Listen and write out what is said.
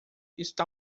está